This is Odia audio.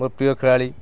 ମୋର ପ୍ରିୟ ଖେଳାଳି